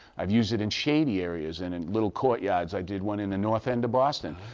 i have used it in shady areas, and and little court yards. i did one in the north end of boston.